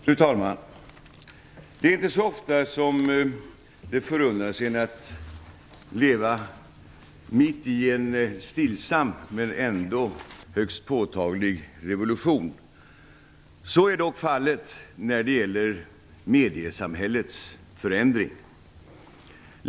Fru talman! Det är inte så ofta som det förunnas en att leva mitt i en stillsam men ändå högst påtaglig revolution. Så är dock fallet när det gäller mediesamhällets förändring.